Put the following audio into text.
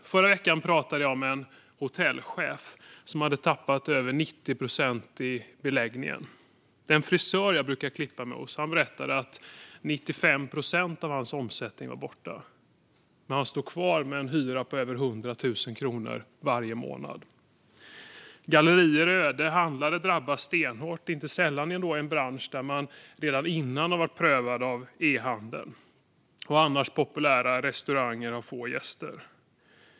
Förra veckan pratade jag med en hotellchef som tappat över 90 procent av beläggningen. Den frisör som jag brukar klippa mig hos berättade att 95 procent av hans omsättning är borta men att han står kvar med en hyra på över 100 000 varje månad. Gallerior ligger öde, och handlare drabbas stenhårt - en bransch där man redan tidigare varit prövad av e-handeln. Annars populära restauranger har få gäster.